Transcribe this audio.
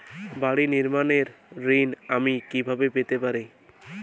বাড়ি নির্মাণের ঋণ আমি কিভাবে পেতে পারি?